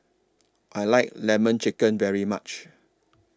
I like Lemon Chicken very much